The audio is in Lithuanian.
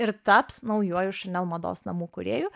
ir taps naujuoju šanel mados namų kūrėju